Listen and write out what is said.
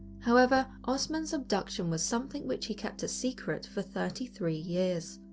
however, ostman's abduction was something which he kept a secret for thirty three years.